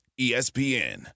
ESPN